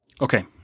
Okay